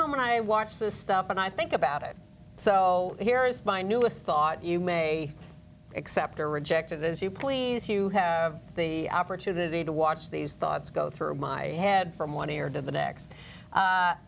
when i watch this stuff and i think about it so here is my newest thought you may accept or reject as you please you have the opportunity to watch these thoughts go through my head from one ear to the next